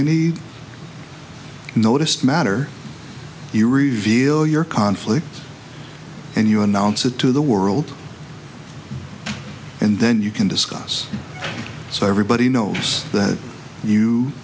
need noticed matter you reveal your conflict and you announce it to the world and then you can discuss so everybody knows that you